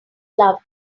love